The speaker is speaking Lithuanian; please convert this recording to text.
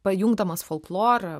pajungdamas folklorą